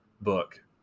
book